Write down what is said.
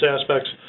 aspects